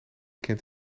kent